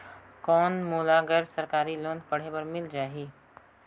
कौन मोला गैर सरकारी लोन पढ़े बर मिल जाहि?